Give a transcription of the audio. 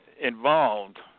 involved